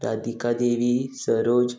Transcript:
Radhika Devi Saroj